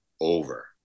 over